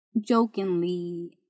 jokingly